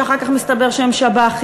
שאחר כך מסתבר שהם שב"חים,